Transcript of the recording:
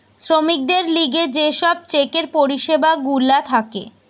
শ্রমিকদের লিগে যে সব চেকের পরিষেবা গুলা থাকে